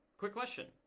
quick question,